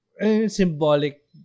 symbolic